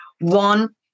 One